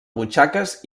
butxaques